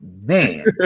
man